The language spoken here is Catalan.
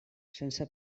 sense